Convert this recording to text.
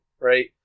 Right